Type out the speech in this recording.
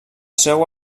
seu